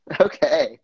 Okay